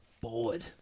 bored